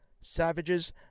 Savage's